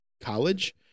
college